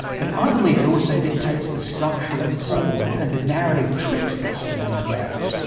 but i believe it also dictates the structure and form, and the narrative tricks that sterne plays.